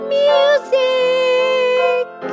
music